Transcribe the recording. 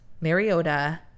Mariota